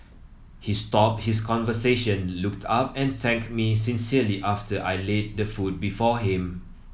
he stopped his conversation looked up and thanked me sincerely after I laid the food before him